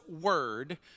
word